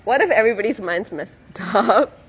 what if everybody's minds messed up